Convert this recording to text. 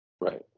Right